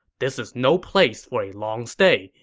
this is no place for a long stay.